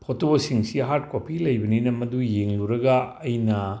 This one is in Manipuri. ꯐꯣꯇꯣꯁꯤꯡꯁꯤ ꯍꯥꯔꯠ ꯀꯣꯄꯤ ꯂꯩꯕꯅꯤꯅ ꯃꯗꯨ ꯌꯦꯡꯂꯨꯔꯒ ꯑꯩꯅ